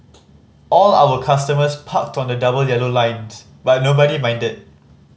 all our customers parked to the double yellow lines but nobody minded